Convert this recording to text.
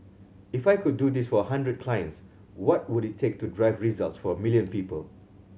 if I could do this for a hundred clients what would it take to drive results for a million people